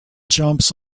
jumps